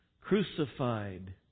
crucified